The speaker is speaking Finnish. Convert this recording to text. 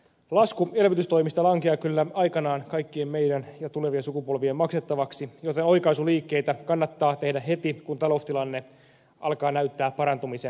lasku elvytystoimista lankeaa kyllä aikanaan kaikkien meidän ja tulevien sukupolvien maksettavaksi joten oikaisuliikkeitä kannattaa tehdä heti kun taloustilanne alkaa näyttää parantumisen merkkejä